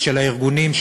של הארגונים,